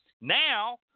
Now